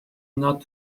not